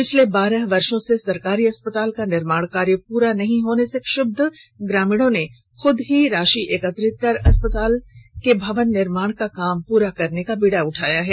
पिछले बारह वर्षो से सरकारी अस्पताल का निर्माण कार्य पूरा नहीं होने से क्षब्ध ग्रामीणों ने खूद ही राशि एकत्रित कर अस्पताल भवन निर्माण को पूरा करने का बीड़ा उठाया है